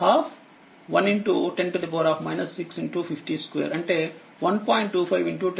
12 110 6502 అంటే 1